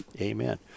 Amen